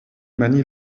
manie